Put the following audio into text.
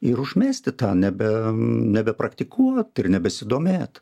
ir užmesti tą nebe nebepraktikuot ir nebesidomėt